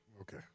Okay